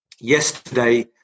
Yesterday